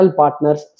partners